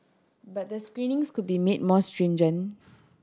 but the screenings could be made more stringent